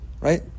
right